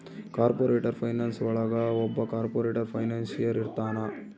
corporate finance ಒಳಗ ಒಬ್ಬ corporate financier ಇರ್ತಾನ